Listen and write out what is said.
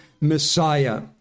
Messiah